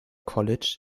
college